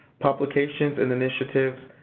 publications, and initiatives,